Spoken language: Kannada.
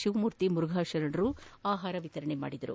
ಶಿವಮೂರ್ತಿ ಮುರುಘಾ ಶರಣರು ಆಹಾರ ವಿತರಿಸಿದರು